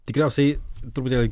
tikriausiai truputėlį